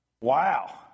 Wow